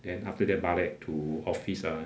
then after balik to office ah